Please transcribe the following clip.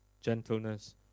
gentleness